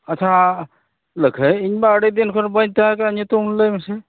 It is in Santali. ᱟᱪᱪᱷᱟ ᱞᱟᱹᱠᱷᱟᱹᱭ ᱤᱧᱢᱟ ᱟᱹᱰᱤᱫᱤᱱ ᱠᱷᱚᱱ ᱵᱟᱹᱧ ᱛᱟᱦᱮᱸᱠᱟᱱ ᱱᱤᱛᱚᱝ ᱞᱟᱹᱭ ᱢᱮᱥᱮ